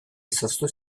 izoztu